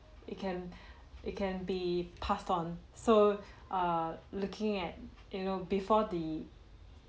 it can it can be passed on so err looking at you know before the